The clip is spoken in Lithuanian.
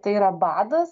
tai yra badas